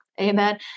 Amen